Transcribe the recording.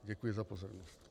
Děkuji za pozornost.